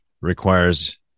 requires